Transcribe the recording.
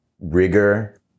rigor